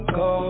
go